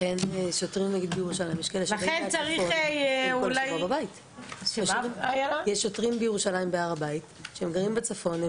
יש שוטרים בהר הבית בירושלים שגרים בצפון.